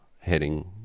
heading